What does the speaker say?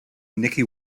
nicky